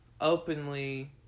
openly